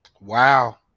Wow